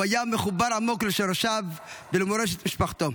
הוא היה מחובר עמוק לשורשיו ולמורשת משפחתו,